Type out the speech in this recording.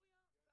אני